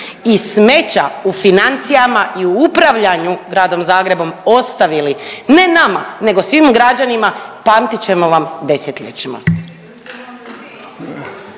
i smeća u financijama i u upravljanju Gradom Zagrebom ostavili ne nama, nego svim građanima, pamtit ćemo vam desetljećima.